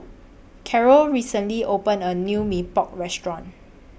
Carol recently opened A New Mee Pok Restaurant